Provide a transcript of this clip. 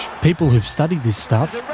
people who've studied this stuff